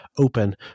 open